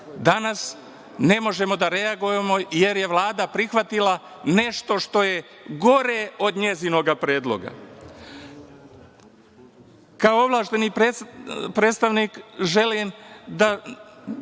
Danas ne možemo da reagujemo jer je Vlada prihvatila nešto što je gore od njenog predloga. Kao ovlašćeni predstavnik želim da